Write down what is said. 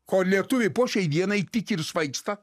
kuo lietuviai po šiai dienai tiki ir svaigsta